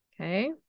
okay